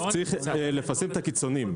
צריך לפרסם את הקיצוניים.